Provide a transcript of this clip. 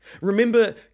Remember